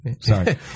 Sorry